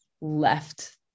left